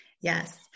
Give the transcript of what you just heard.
Yes